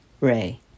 Ray